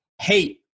hate